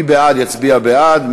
מי שבעד יצביע בעד,